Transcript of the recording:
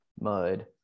mud